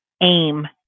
aim